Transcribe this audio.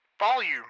Volume